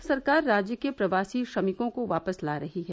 प्रदेश सरकार राज्य के प्रवासी श्रमिकों को वापस ला रही है